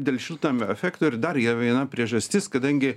dėl šiltnamio efekto ir dar viena priežastis kadangi